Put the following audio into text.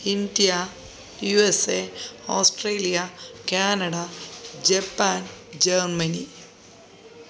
India U S A Australia Canada Japan Germany